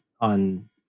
on